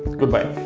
goodbye.